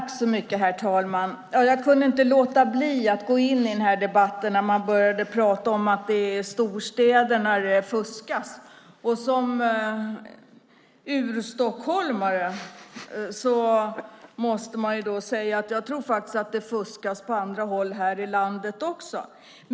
Herr talman! Jag kunde inte låta bli att gå in i denna debatt när man började prata om att det är i storstäderna det fuskas. Som urstockholmare måste jag säga att jag tror att det fuskas på andra håll i landet också.